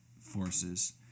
Forces